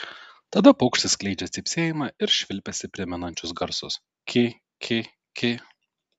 tada paukštis skleidžia cypsėjimą ir švilpesį primenančius garsus ki ki ki